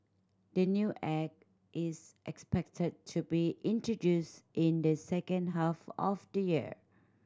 the new Act is expected to be introduced in the second half of the year